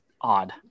odd